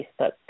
Facebook